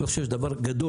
אני חושב שזה דבר גדול,